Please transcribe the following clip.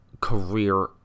career